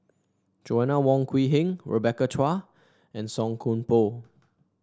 Joanna Wong Quee Heng Rebecca Chua and Song Koon Poh